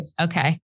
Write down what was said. Okay